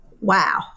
Wow